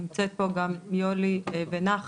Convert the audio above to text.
נמצאת פה גם יולי ונחי,